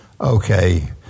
okay